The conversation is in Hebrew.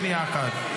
שניונת, שנייה אחת.